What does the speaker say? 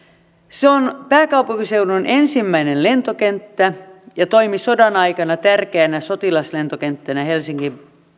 se on pääkaupunkiseudun ensimmäinen lentokenttä ja toimi sodan aikana tärkeänä sotilaslentokenttänä helsingin